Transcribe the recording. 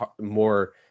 more